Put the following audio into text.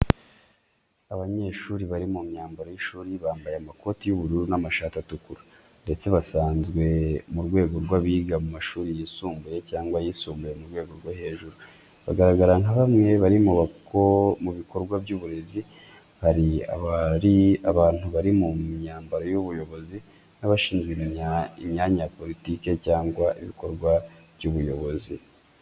Abo banyeshuri bari mu myambaro y’ishuri, bambaye amakoti y’ubururu n’amashati atukura, ndetse basanzwe mu rwego rw’abiga ku mashuri yisumbuye cyangwa ayisumbuye ku rwego rwo hejuru. Bagaragara nka bamwe bari mu bikorwa by’uburezi. Hari abantu bari mu myambaro y’ubuyobozi n’abashinzwe imyanya ya politiki cyangwa ibikorwa by’ubuyobozi.